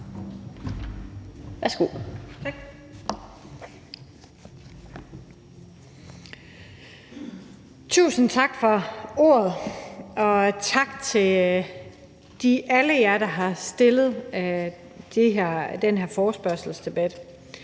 Tusind tak for ordet, og tak til alle jer, der har rejst den her forespørgselsdebat.